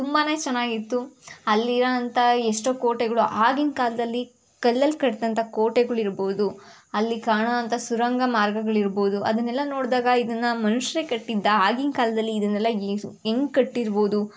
ತುಂಬಾ ಚೆನ್ನಾಗಿತ್ತು ಅಲ್ಲಿರೋಂಥ ಎಷ್ಟೋ ಕೋಟೆಗಳು ಆಗಿನ ಕಾಲದಲ್ಲಿ ಕಲ್ಲಲ್ಲಿ ಕಟ್ಟಿದಂಥ ಕೋಟೆಗಳಿರ್ಬೋದು ಅಲ್ಲಿ ಕಾಣೋಂಥ ಸುರಂಗ ಮಾರ್ಗಗಳಿರ್ಬೋದು ಅದನ್ನೆಲ್ಲ ನೋಡಿದಾಗ ಇದನ್ನು ಮನುಷ್ಯರೇ ಕಟ್ಟಿದ್ದಾ ಆಗಿನ ಕಾಲದಲ್ಲಿ ಇದನ್ನೆಲ್ಲ ಹೆಂಗ್ ಕಟ್ಟಿರ್ಬೋದು